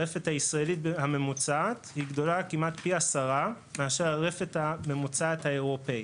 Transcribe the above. הרפת הישראלית הממוצעת גדולה כמעט פי 10 מהרפת הממוצעת האירופית.